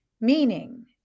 Meaning